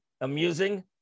amusing